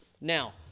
now